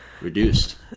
reduced